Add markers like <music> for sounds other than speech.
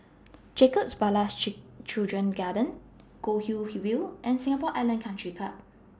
Jacob Ballas <hesitation> Children's Garden Goldhill View and Singapore Island Country Club